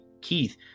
Keith